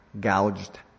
gouged